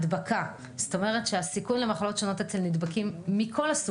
הדבר השני הוא איך אנחנו יכולים להאיץ יחד עם כללית את הדברים שכללית